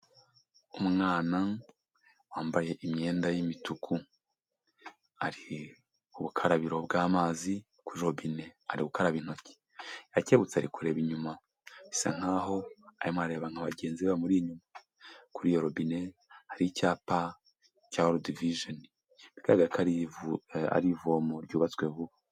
Umwana wambaye imyenda y'imituku hari ubukarabiro bw'amazi kuri robine ari gukaraba intoki, arakebutse ari kureba inyuma bisa nk'aho arimo arareba nka bagenzi be bamuri inyuma. Kuri iyo robine hari icyapa cya world visiom bigaragara ko ari ivomo ryubatswe vuba.